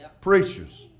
preachers